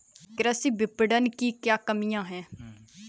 कृषि विपणन की क्या कमियाँ हैं?